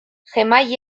gmail